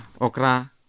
Okra